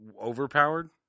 overpowered